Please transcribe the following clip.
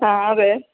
ആ അതെ